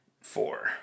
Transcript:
Four